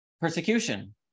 persecution